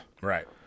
Right